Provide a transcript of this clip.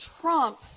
Trump